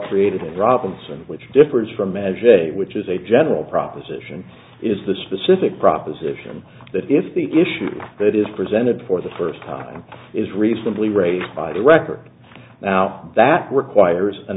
created robinson which differs from measure which is a general proposition is the specific proposition that if the issue that is presented for the first time is recently raised by the record now that requires an